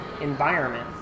environment